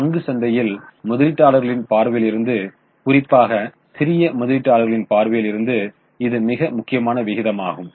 எனவே பங்குச் சந்தையில் முதலீட்டாளரின் பார்வையிலிருந்து குறிப்பாக சிறிய முதலீட்டாளர்களின் பார்வையிலிருந்து இது மிக முக்கியமான விகிதமாகும்